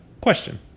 question